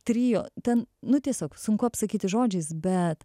trio ten nu tiesiog sunku apsakyti žodžiais bet